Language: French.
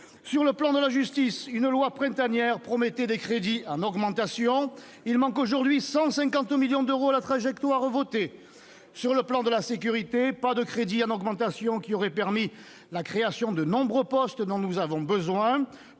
Sur le plan de la justice, une loi printanière promettait des crédits en augmentation. Il manque aujourd'hui 150 millions d'euros à la trajectoire votée. Sur le plan de la sécurité, nous ne voyons aucune augmentation de crédits qui aurait permis la création de nombreux postes dont nous avons besoin